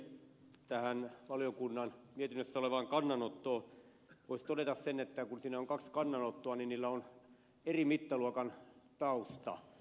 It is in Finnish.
tähän valiokunnan mietinnössä olevaan kannanottoon voisi todeta sen että kun siinä on kaksi kannanottoa niin niillä on eri mittaluokan tausta